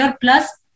plus